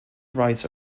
writes